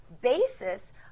basis